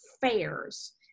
Fairs